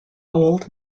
gold